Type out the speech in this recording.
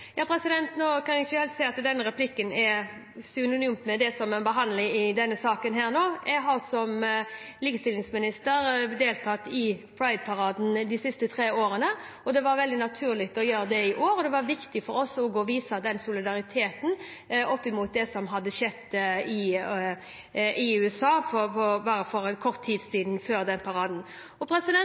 Jeg kan ikke helt se at denne replikken er synonymt med den saken vi behandler nå. Jeg har som likestillingsminister deltatt i Pride-paraden de siste tre årene. Det var veldig naturlig å gjøre det i år, og det var viktig for oss også å vise solidaritet opp mot det som hadde skjedd i USA bare kort tid før denne paraden. Det handler om å vise respekt for